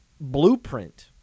blueprint